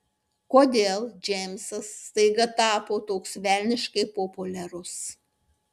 kodėl džeimsas staiga tapo toks velniškai populiarus